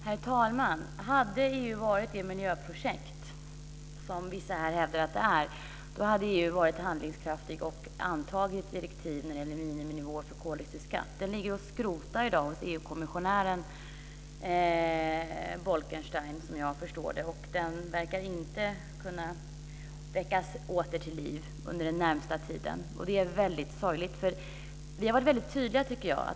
Herr talman! Hade EU varit det miljöprojekt som vissa här hävdar att det är, hade EU varit handlingskraftigt och antagit direktiv om miniminivåer för koldioxidskatt. Den frågan ligger i dag och skrotar hos EU-kommissionären Bolkestein, och den verkar inte kunna väckas till liv igen under den närmaste tiden. Det är väldigt sorgligt, för jag tycker att vi har varit väldigt tydliga.